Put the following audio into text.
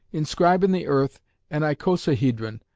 inscribe in the earth an icosahedron,